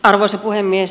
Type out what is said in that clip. arvoisa puhemies